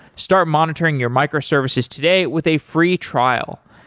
start monitoring your microservices today with a free trial,